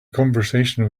conversation